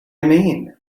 mean